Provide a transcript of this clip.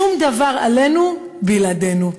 שום דבר עלינו בלעדינו.